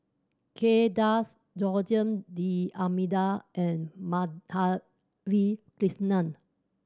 Kay Das Joaquim D'Almeida and Madhavi Krishnan